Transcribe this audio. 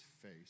face